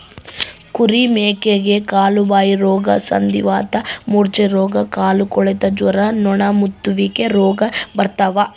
ಕುರಿ ಮೇಕೆಗೆ ಕಾಲುಬಾಯಿರೋಗ ಸಂಧಿವಾತ ಮೂರ್ಛೆರೋಗ ಕಾಲುಕೊಳೆತ ಜ್ವರ ನೊಣಮುತ್ತುವಿಕೆ ರೋಗ ಬರ್ತಾವ